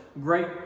great